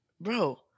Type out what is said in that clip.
bro